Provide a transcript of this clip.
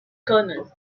colonel